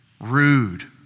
rude